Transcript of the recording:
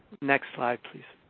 next slide, please.